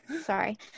sorry